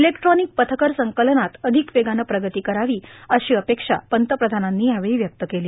इलेक्ट्रॉर्मनक पथकर संकलनात र्आधक वेगानं प्रगती करावी अशी अपेक्षा पंतप्रधानांनी व्यक्त केली